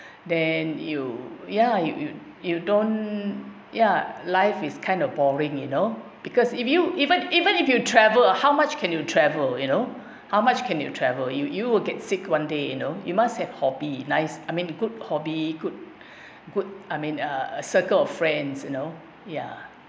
then you ya you you you don't ya life is kind of boring you know because if you even even if you travel uh how much can you travel you know how much can you travel you you will get sick one day you know you must have hobby nice I mean good hobby good good I mean uh circle of friends you know ya